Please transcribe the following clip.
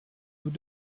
nous